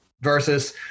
versus